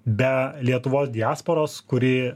be lietuvos diasporos kuri